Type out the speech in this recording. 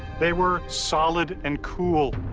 they were solid and cool.